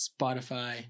Spotify